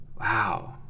wow